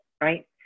right